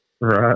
Right